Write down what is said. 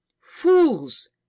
fools